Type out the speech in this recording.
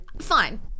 Fine